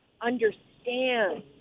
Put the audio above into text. understand